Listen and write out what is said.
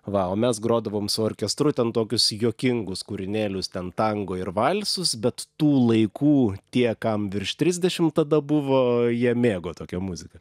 va o mes grodavom su orkestru ten tokius juokingus kūrinėlius ten tango ir valsus bet tų laikų tie kam virš trisdešim tada buvo jie mėgo tokią muziką